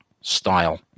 style